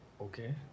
Okay